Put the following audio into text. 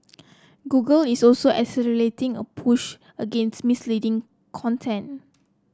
Google is also accelerating a push against misleading content